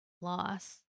loss